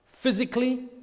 physically